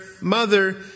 mother